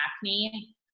acne